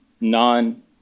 non